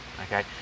okay